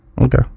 Okay